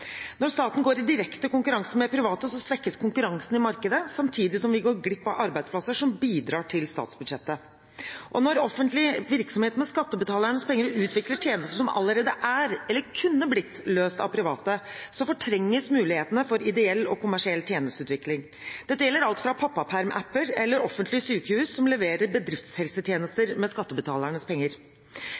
Når staten går i direkte konkurranse med private, svekkes konkurransen i markedet, samtidig som vi går glipp av arbeidsplasser som bidrar til statsbudsjettet. Når offentlig virksomhet med skattebetalernes penger utvikler tjenester som allerede er eller kunne blitt løst av private, fortrenges mulighetene for ideell og kommersiell tjenesteutvikling. Dette gjelder alt fra pappaperm-apper til offentlige sykehus som leverer bedriftshelsetjenester med skattebetalernes penger.